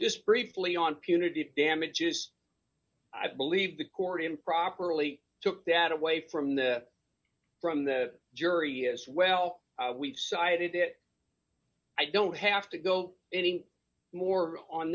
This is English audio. just briefly on punitive damages i believe the court improperly took that away from the from the jury as well we cited it i don't have to go any more on